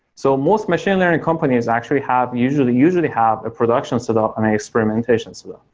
so most machine learning companies actually have usually usually have a production setup and a experimentation setup,